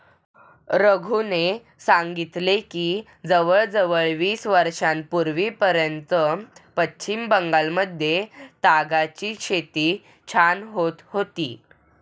रघूने सांगितले की जवळजवळ वीस वर्षांपूर्वीपर्यंत पश्चिम बंगालमध्ये तागाची शेती छान होत होती